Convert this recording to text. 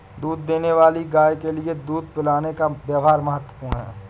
दूध देने वाली गाय के लिए दूध पिलाने का व्यव्हार महत्वपूर्ण है